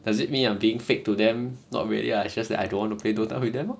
does it mean I'm being fake to them not really lah it's just that I don't want to play dota with them lor